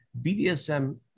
BDSM